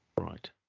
Right